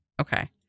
Okay